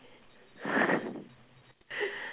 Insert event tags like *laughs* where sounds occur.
*laughs*